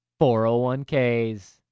401Ks